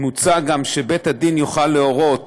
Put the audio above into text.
מוצע גם שבית-הדין יוכל להורות